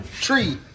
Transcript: Tree